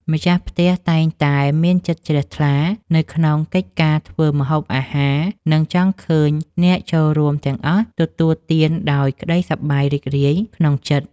ម្ចាស់ផ្ទះតែងតែមានចិត្តជ្រះថ្លានៅក្នុងកិច្ចការធ្វើម្ហូបអាហារ និងចង់ឃើញអ្នកចូលរួមទាំងអស់ទទួលទានដោយក្តីសប្បាយរីករាយក្នុងចិត្ត។